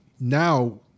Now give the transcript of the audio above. now